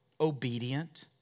obedient